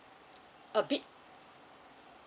a B